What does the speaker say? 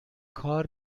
کار